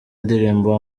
indirimbo